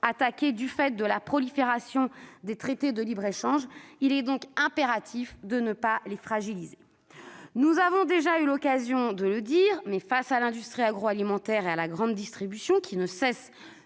attaqués du fait de la prolifération des traités de libre-échange, il est impératif de ne pas les fragiliser. Nous avons déjà eu l'occasion de le dire : face à l'industrie agroalimentaire et à la grande distribution qui ne cesse